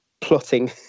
plotting